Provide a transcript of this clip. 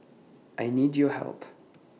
I need your help